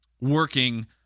working